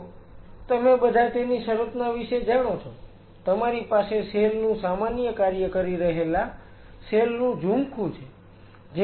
તો તમે બધા તેની સંરચના વિશે જાણો છો તમારી પાસે સેલ નું સામાન્ય કાર્ય કરી રહેલા સેલ નું ઝૂમખું છે